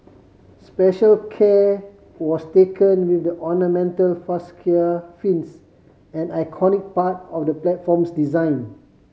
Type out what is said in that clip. special care was taken with the ornamental fascia fins an iconic part of the platform's design